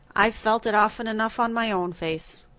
i've felt it often enough on my own face.